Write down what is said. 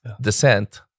descent